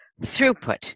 throughput